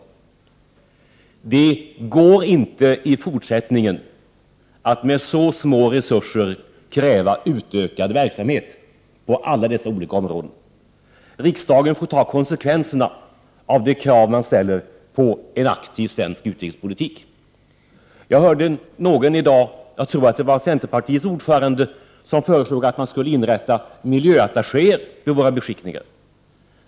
Det går inte i fortsättningen att med så små resurser kräva utökad verksamhet på alla dessa olika områden. Riksdagen får ta konsekvenserna av de krav man ställer på en aktiv svensk utrikespolitik. Jag hörde någon i dag - jag tror att det var centerpartiets ordförande — som föreslog att man skulle inrätta miljöattachéer vid våra beskickningar.